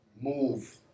Move